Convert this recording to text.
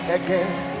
again